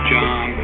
John